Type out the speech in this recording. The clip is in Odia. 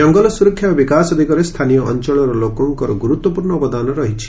ଜଙ୍ଗଲ ସ୍ବରକ୍ଷା ଓ ବିକାଶ ଦିଗରେ ସ୍ଥାନୀୟ ଅଅଳର ଲୋକଙ୍କର ଗୁରୁତ୍ୱପୂର୍ଷ୍ ଅବଦାନ ରହିଛି